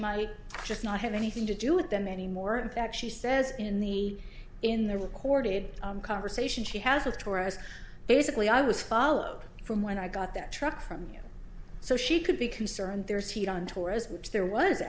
might just not have anything to do with them anymore in fact she says in the in the recorded conversation she has with doris basically i was followed from when i got that truck from here so she could be concerned there is heat on torres which there was